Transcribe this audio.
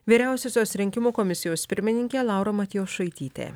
vyriausiosios rinkimų komisijos pirmininkė laura matijošaitytė